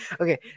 Okay